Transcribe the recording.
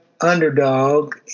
underdog